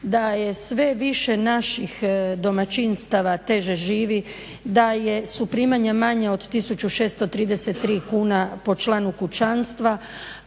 Da je sve više naših domaćinstava teže živi, da su primanja manja od 1633 kune po članu kućanstva,